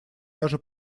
даже